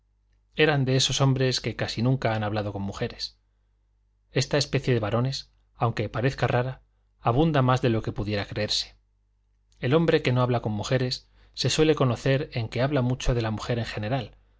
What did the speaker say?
eran de esos hombres que casi nunca han hablado con mujeres esta especie de varones aunque parece rara abunda más de lo que pudiera creerse el hombre que no habla con mujeres se suele conocer en que habla mucho de la mujer en general